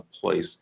place